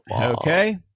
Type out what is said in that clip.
Okay